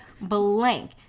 Blank